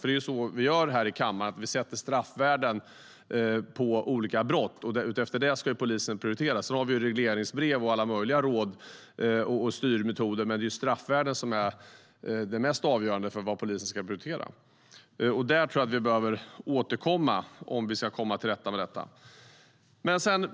Det är ju så vi gör här i kammaren: Vi sätter straffvärden på olika brott, och utefter det ska polisen prioritera. Sedan har vi regleringsbrev och alla möjliga råd och styrmetoder, men det är straffvärdena som är det mest avgörande för vad polisen ska prioritera. Där tror jag att vi behöver återkomma om vi ska komma till rätta med detta.